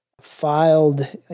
filed